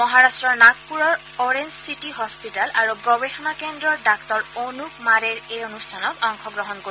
মহাৰাট্টৰ নাগপুৰৰ orange city hospital আৰু গৱেষণা কেন্দ্ৰৰ ডাঃ অনুপ মাৰাৰে এই অনুষ্ঠানত অংশ গ্ৰহণ কৰিব